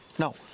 No